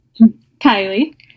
Kylie